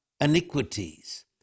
Iniquities